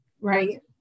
Right